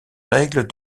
règles